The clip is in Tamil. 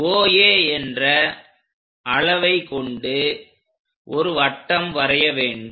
OA என்ற அளவைக் கொண்டு ஒரு வட்டம் வரைய வேண்டும்